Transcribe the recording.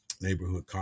neighborhood